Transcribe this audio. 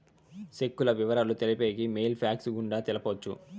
సెక్కుల ఇవరాలు తెలిపేకి మెయిల్ ఫ్యాక్స్ గుండా తెలపొచ్చు